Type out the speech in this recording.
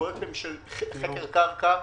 בפרויקטים של חקר קרקע,